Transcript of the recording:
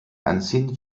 anziehen